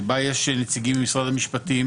שבה יש נציגים ממשרד המשפטים